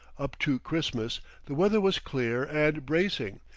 up to christmas the weather was clear and bracing,